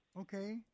Okay